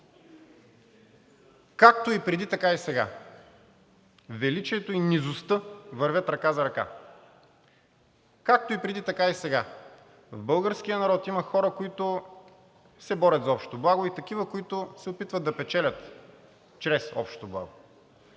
Както и преди, така и сега величието и низостта вървят ръка за ръка. Както и преди, така и сега в българския народ има хора, които се борят за общото благо, и такива, които се опитват да печелят чрез общото благо.